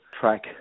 track